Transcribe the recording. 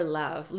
love